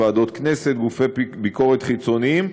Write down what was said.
ועדות כנסת וגופי ביקורת חיצוניים.